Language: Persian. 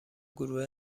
گروه